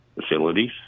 facilities